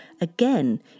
again